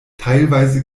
teilweise